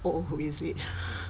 oh is it